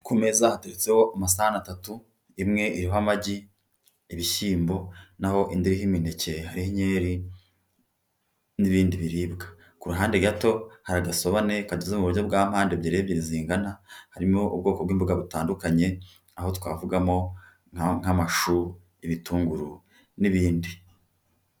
Ku meza hateretseho amasahani atatu, imwe iriho amagi, ibishyimbo, naho indi iriho imineke, inyeri n'ibindi biribwa. Ku ruhande gato hari agasobane kadozwe mu buryo bwa pande ebyiri ebyiri zingana, harimo ubwoko bw'imboga butandukanye aho twavugamo nk'amashu ibitunguru n'ibindi.